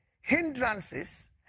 hindrances